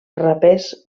rapers